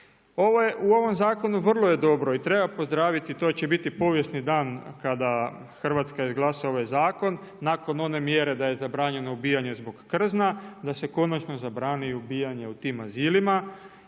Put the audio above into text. U ovom zakonu vrlo je dobro i treba pozdraviti, to će biti povijesni dan kada Hrvatska izglasa ovaj zakon nakon one mjere da je zabranjeno ubijanje zbog krzna, da se konačno zabrani i ubijanje u tim azilima